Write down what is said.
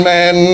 Man